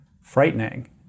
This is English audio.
frightening